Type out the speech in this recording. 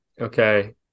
Okay